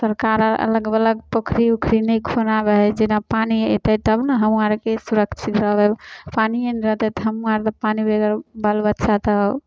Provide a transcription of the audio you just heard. सरकार अलग बगल पोखरि ऊखरी नहि खुनाबै है जेना पानि अयतै तब ने हम आरके सुरक्षित रहबै पानिये नहि रहतै तऽ हम आर पानि बेगर बालबच्चा तऽ